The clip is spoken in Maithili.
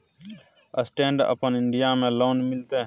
स्टैंड अपन इन्डिया में लोन मिलते?